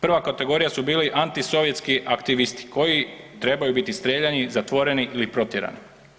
Prva kategorija su bili antisovjetski aktivisti, koji trebaju biti streljani, zatvoreni ili protjerani.